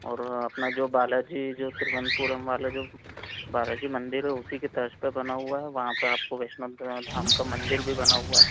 और अपना जो बालाजी जो तिरुवनंतपुरम वाला जो बालाजी मंदिर है उसी के तर्ज पर बना हुआ है वहाँ पर आपको वैष्णो ध धाम का मंदिर भी बना हुआ है